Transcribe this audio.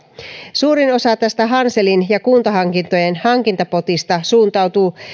suurin osa tästä hanselin ja kuntahankintojen hankintapotista suuntautuu